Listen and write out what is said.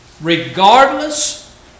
Regardless